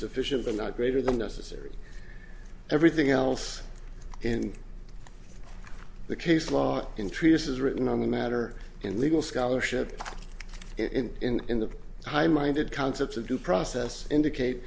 sufficient but not greater than necessary everything else in the case law in treatises written on the matter and legal scholarship in in in the high minded concepts of due process indicate